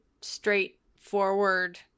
straightforward